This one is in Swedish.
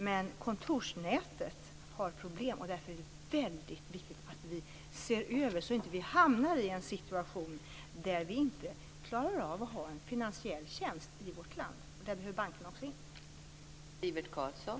Men kontorsnätet har problem, och därför är det väldigt viktigt att vi ser över detta så att vi inte hamnar i en situation där vi inte klarar av att ha en finansiell tjänst i vårt land, och där behöver bankerna också komma in.